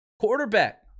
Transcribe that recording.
Quarterback